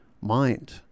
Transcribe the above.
mind